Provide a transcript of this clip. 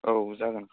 औ जागोन